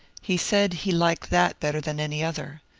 he said he liked that better than any other.